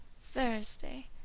Thursday—